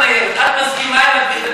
את מסכימה עם, ?